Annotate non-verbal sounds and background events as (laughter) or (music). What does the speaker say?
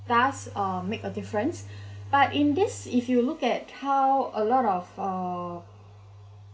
does uh make a difference (breath) but in this if you look at how a lot of uh